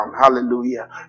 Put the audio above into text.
Hallelujah